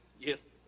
Yes